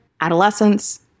adolescence